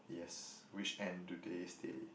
yes which end do they stay